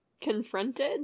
confronted